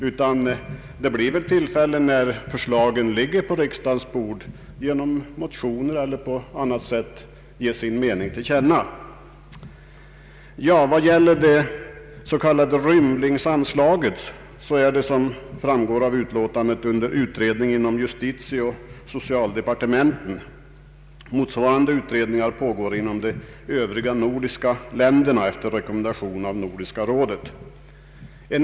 När förslagen ligger på riksdagens bord blir det ju tillfälle att genom motioner eller på annat sätt ge sin mening till känna. Det s.k. rymlingsanslaget är, såsom framgår av utlåtandet, föremål för utredning inom justitieoch socialdepartementen. Motsvarande utredningar pågår inom de övriga nordiska länderna efter en rekommendation av Nordiska rådet.